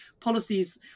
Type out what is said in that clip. policies